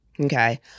okay